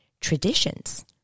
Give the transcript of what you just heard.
traditions